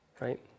right